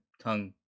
tongue